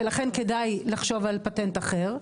ולכן כדאי לחשוב על פטנט אחר.